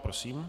Prosím.